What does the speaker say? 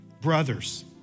brothers